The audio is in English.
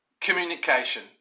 communication